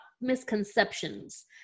misconceptions